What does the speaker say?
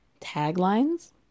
taglines